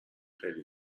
خیلی